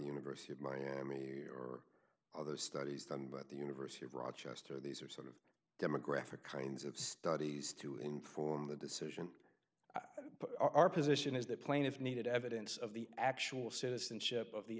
university of miami or other studies done but the university of rochester these are sort of demographic kinds of studies to inform the decision our position is that plane if needed evidence of the actual citizenship of the